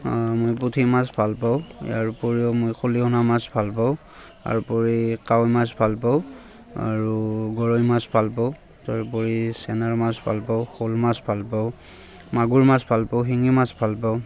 মই পুঠি মাছ ভাল পাওঁ ইয়াৰ উপৰিও মই খলিহনা মাছ ভাল পাওঁ ইয়াৰোপৰি কাৱৈ মাছ ভাল পাওঁ আৰু গৰৈ মাছ ভাল পাওঁ তাৰ উপৰি চেঙেল মাছ ভাল পাওঁ শ'ল মাছ ভাল পাওঁ মাগুৰ মাছ ভাল পাওঁ শিঙি মাছ ভাল পাওঁ